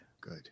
Good